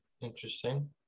Interesting